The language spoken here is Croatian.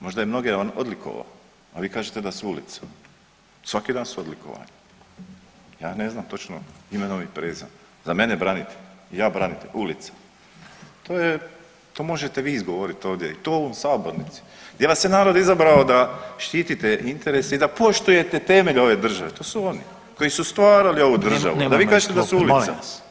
Možda je mnoge on odlikovao, a vi kažete da su ulica, svaki dan su odlikovanja, ja ne znam točno imenom i prezimenom, za mene branitelj, ja branitelj ulice to je, to možete vi izgovoriti ovdje i u ovom sabornici gdje vas je narod izabrao da štitite interese i da poštujete temelj ove države, to su oni koji su stvarali ovu državu [[Upadica: Nemojmo iz klupe, molim vas.]] da vi kažete da su ulica.